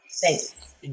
thanks